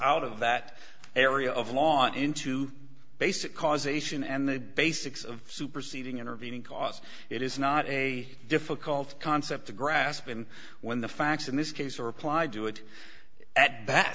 out of that area of law into basic causation and the basics of superseding intervening cause it is not a difficult concept to grasp and when the facts in this case are applied to it at